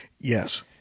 Yes